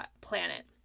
planet